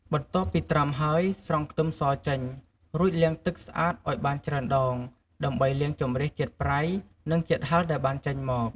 បន្ទាប់ពីត្រាំហើយ ស្រង់ខ្ទឹមសចេញ រួចលាងទឹកស្អាតឲ្យបានច្រើនដង ដើម្បីលាងជម្រះជាតិប្រៃ និងជាតិហឹរដែលបានចេញមក។